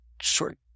short